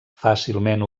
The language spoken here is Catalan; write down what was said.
fàcilment